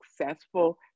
successful